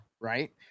Right